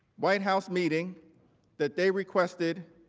white house meetings that they requested